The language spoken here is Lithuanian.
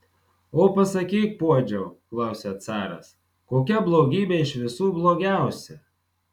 o pasakyk puodžiau klausia caras kokia blogybė iš visų blogiausia